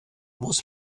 muss